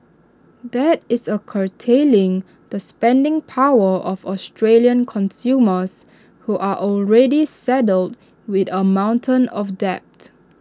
that is A curtailing the spending power of Australian consumers who are already saddled with A mountain of debt